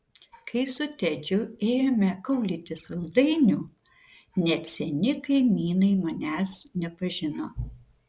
kai su tedžiu ėjome kaulyti saldainių net seni kaimynai manęs nepažino